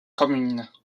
communes